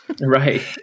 Right